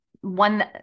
one